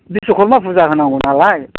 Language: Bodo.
बिशकर्मा फुजा होनांगौ नालाय